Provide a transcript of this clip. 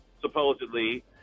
supposedly